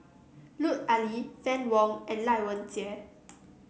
Lut Ali Fann Wong and Lai Weijie